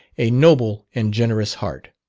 a noble and generous heart.